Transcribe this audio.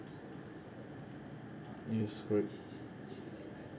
yes correct